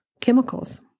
chemicals